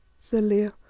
said leo.